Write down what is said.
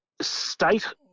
state